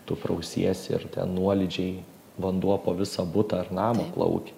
tu prausiesi ir nuolydžiai vanduo po visą butą ar namą plaukia